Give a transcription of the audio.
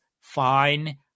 fine